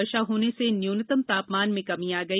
वर्षा होने से न्यूनतम तापमान में कमी आ गई